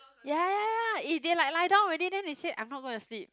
ya ya ya eh they like lie down already then they say I'm not gonna sleep